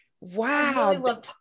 wow